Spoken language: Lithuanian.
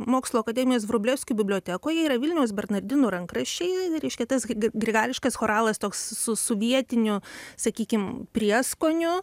mokslų akademijos vrublevskių bibliotekoje yra vilniaus bernardinų rankraščiai reiškia tas grigališkas choralas toks su su vietiniu sakykim prieskoniu